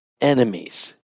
enemies